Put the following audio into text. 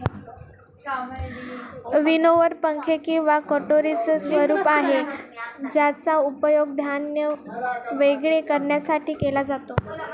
winnower पंखे किंवा कटोरीच स्वरूप आहे ज्याचा उपयोग धान्य वेगळे करण्यासाठी केला जातो